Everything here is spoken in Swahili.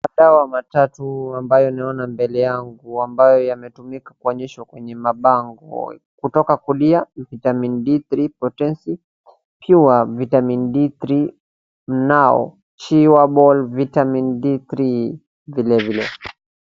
Madawa matatu ambayo naona mbele yangu ambayo yametumika kuonyeshwa kwenye mabango, kutoka kulia vitamin D3 potessi, pure vitamin D3 na chewable vitamin D3 vilevile.